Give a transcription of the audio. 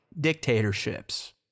dictatorships